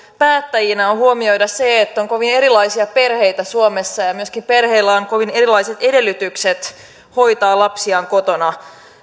päättäjinä on huomioida se että on kovin erilaisia perheitä suomessa ja myöskin perheillä on kovin erilaiset edellytykset hoitaa lapsiaan kotona